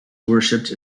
worshipped